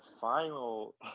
final